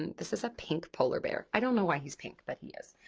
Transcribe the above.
and this is a pink polar bear. i don't know why he's pink, but he is.